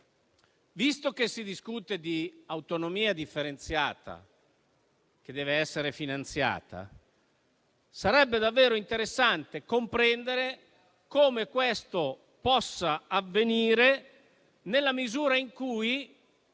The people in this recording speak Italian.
Visto che si discute di autonomia differenziata che deve essere finanziata, sarebbe davvero interessante comprendere come questo possa avvenire nella misura in cui